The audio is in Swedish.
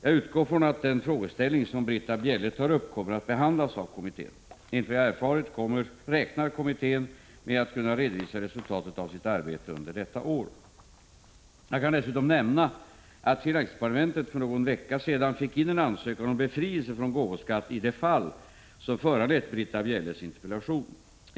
Jag utgår från att den frågeställning som Britta Bjelle tar upp kommer att behandlas av kommittén. Enligt vad jag erfarit räknar kommittén med att kunna redovisa resultatet av sitt arbete under detta år. Jag kan dessutom nämna att finansdepartementet för någon vecka sedan fick in en ansökan om befrielse från gåvoskatt i det fall som föranlett Britta Bjelles interpellation.